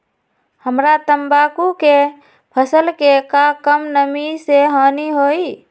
हमरा तंबाकू के फसल के का कम नमी से हानि होई?